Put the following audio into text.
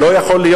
לא יכול להיות